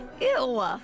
Ew